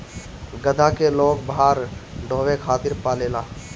गदहा के लोग भार ढोवे खातिर पालेला